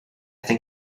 think